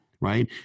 Right